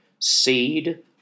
seed